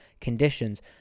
conditions